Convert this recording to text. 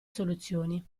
soluzioni